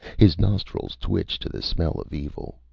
his nostrils twitched to the smell of evil,